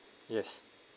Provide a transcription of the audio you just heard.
yes